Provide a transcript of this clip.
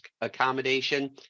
accommodation